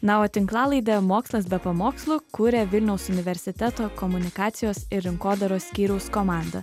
na o tinklalaidę mokslas be pamokslų kūrė vilniaus universiteto komunikacijos ir rinkodaros skyriaus komanda